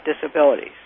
disabilities